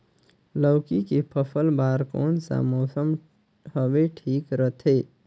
लौकी के फसल बार कोन सा मौसम हवे ठीक रथे?